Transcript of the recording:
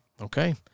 Okay